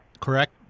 correct